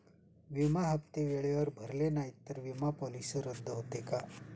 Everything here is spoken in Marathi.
विमा हप्ते वेळेवर भरले नाहीत, तर विमा पॉलिसी रद्द होते का?